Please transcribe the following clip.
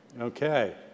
Okay